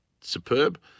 superb